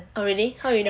oh really how you know